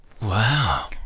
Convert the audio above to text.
Wow